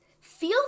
Feel